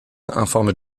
informe